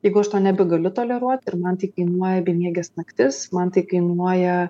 jeigu aš to nebegaliu toleruot ir man tai kainuoja bemieges naktis man tai kainuoja